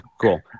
cool